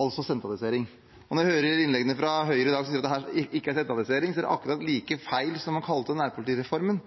altså sentralisering. Og når jeg hører innleggene fra Høyre i dag, som sier at dette ikke er sentralisering, er det akkurat like feil som